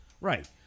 Right